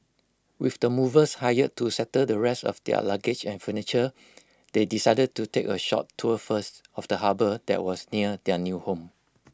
with the movers hired to settle the rest of their luggage and furniture they decided to take A short tour first of the harbour that was near their new home